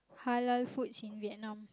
Halal foods in Vietnam